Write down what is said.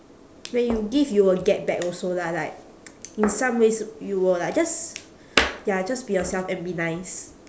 when you give you will get back also lah like in some ways you will like just ya just be yourself and be nice